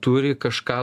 turi kažką